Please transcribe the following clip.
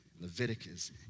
Leviticus